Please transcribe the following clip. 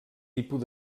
tipus